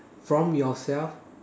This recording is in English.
from yourself